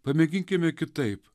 pamėginkime kitaip